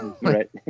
Right